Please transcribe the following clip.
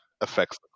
affects